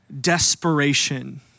desperation